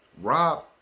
rob